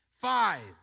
Five